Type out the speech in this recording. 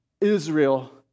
Israel